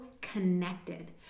connected